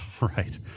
Right